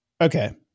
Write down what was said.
Okay